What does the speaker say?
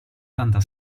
tanta